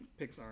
Pixar